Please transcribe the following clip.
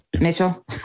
Mitchell